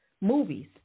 movies